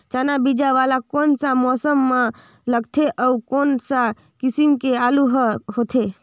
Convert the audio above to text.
चाना बीजा वाला कोन सा मौसम म लगथे अउ कोन सा किसम के आलू हर होथे?